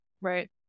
Right